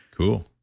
cool.